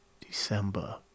December